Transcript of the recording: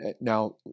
Now